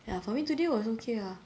ya for me today was okay ah